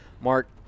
Mark